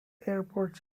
airports